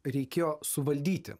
reikėjo suvaldyti